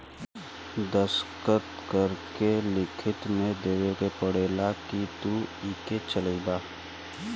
दस्खत करके लिखित मे देवे के पड़ेला कि तू इके चलइबा